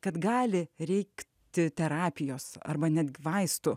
kad gali reikti terapijos arba net vaistų